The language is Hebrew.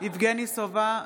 יבגני סובה,